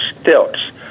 stilts